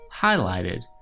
highlighted